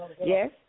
Yes